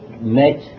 met